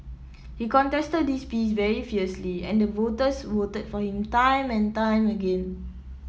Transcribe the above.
he contested this piece very fiercely and the voters voted for him time and time again